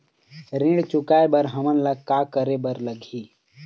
ऋण चुकाए बर हमन ला का करे बर लगही?